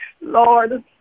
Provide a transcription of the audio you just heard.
Lord